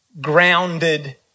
grounded